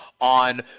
on